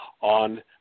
on